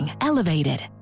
Elevated